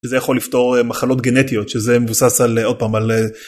זה יכול לפתור מחלות גנטיות שזה מבוסס על עוד פעם על.